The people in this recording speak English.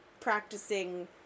practicing